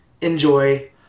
enjoy